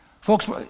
folks